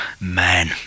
Man